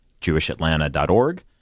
JewishAtlanta.org